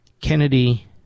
Kennedy